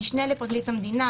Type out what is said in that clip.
המשנה לפרקליט המדינה,